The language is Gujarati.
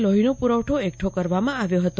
લોહીનો પુરવઠો એકઠો કરવામાં આવ્યો હતો